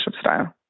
style